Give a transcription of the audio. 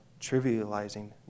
trivializing